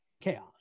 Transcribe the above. chaos